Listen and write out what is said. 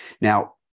Now